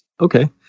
Okay